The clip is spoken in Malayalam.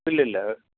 ഇല്ലില്ല അത്